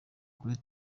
kuri